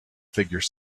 figure